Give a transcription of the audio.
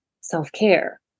self-care